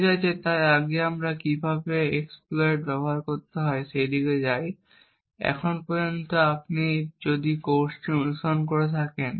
ঠিক আছে তাই আগে আমরা কীভাবে এক্সপ্লয়েট ব্যবহার করতে হয় সেদিকে যাই এবং এখন পর্যন্ত আপনি যদি কোর্সটি অনুসরণ করে থাকেন